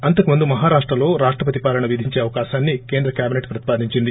అంతకు ముందు మహారాష్లాలో రాష్టపతి పాలన విధించే అంశాన్ని కేంద్ర క్యాబిసెట్ ప్రతిపాధించింది